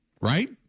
right